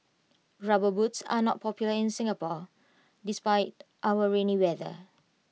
rubber boots are not popular in Singapore despite our rainy weather